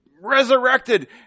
resurrected